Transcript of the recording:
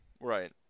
Right